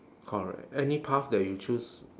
correct any path that you choose